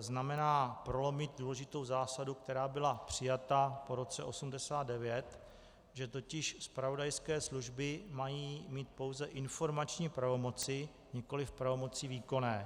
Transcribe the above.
znamená prolomit důležitou zásadu, která byla přijata po roce 1989, že totiž zpravodajské služby mají mít pouze informační pravomoci, nikoliv pravomoci výkonné.